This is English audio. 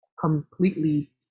completely